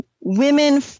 women